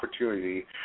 opportunity